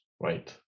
right